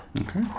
Okay